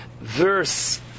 verse